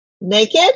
naked